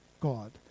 God